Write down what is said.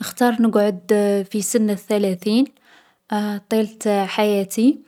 نختار نقعد في سن الثلاثين طيلة حياتي،